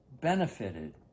benefited